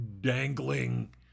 dangling